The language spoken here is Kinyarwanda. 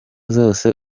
zose